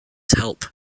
help